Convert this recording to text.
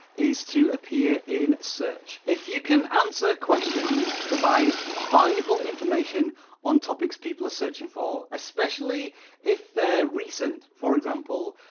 is to appear in search. if you can answer questions, provide ah valuable information on topics people are searching for, especially if recent, for example,